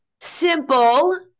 simple